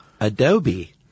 Adobe